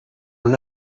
were